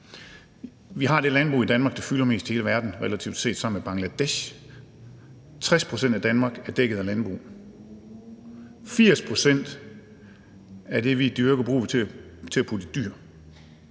Danmark det landbrug, som relativt set fylder mest i hele verden sammen med Bangladesh. 60 pct. af Danmark er dækket af landbrug. 80 pct. af det, vi dyrker, bruger vi til at putte i dyr.